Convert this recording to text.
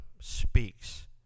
speaks